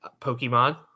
pokemon